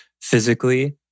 physically